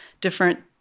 different